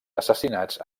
assassinats